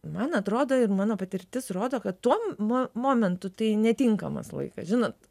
man atrodo ir mano patirtis rodo kad tuo mo momentu tai netinkamas laikas žinot